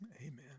Amen